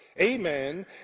Amen